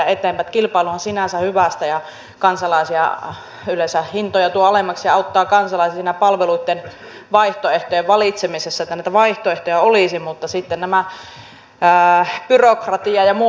kilpailuhan on sinänsä hyvästä ja se yleensä tuo hintoja alemmaksi ja auttaa kansalaisia siinä palveluitten vaihtoehtojen valitsemisessa että näitä vaihtoehtoja olisi mutta sitten tulee yrityksille tämä byrokratia ja muu